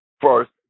first